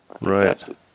Right